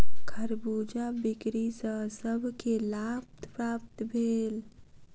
खरबूजा बिक्री सॅ सभ के लाभ प्राप्त भेल